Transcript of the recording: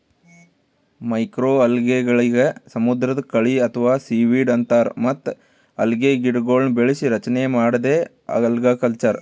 ಮೈಕ್ರೋಅಲ್ಗೆಗಳಿಗ್ ಸಮುದ್ರದ್ ಕಳಿ ಅಥವಾ ಸೀವೀಡ್ ಅಂತಾರ್ ಮತ್ತ್ ಅಲ್ಗೆಗಿಡಗೊಳ್ನ್ ಬೆಳಸಿ ರಚನೆ ಮಾಡದೇ ಅಲ್ಗಕಲ್ಚರ್